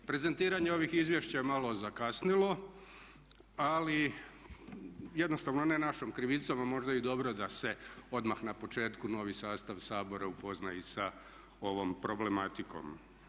Prezentiranje ovih izvješća je malo zakasnilo ali jednostavno ne našom krivicom a možda je i dobro da se odmah na početku novi sastav Sabora upozna i sa ovom problematikom.